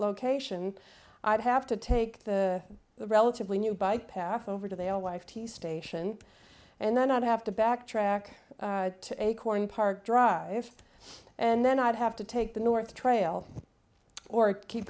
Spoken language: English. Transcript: location i'd have to take the the relatively new bike path over to they all life the station and then i'd have to backtrack to acorn park drive and then i'd have to take the north trail or keep